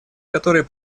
которой